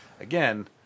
again